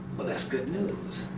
well that's good news